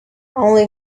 only